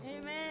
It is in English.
Amen